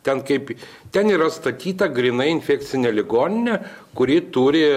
ten kaip ten yra statyta grynai infekcinė ligoninė kuri turi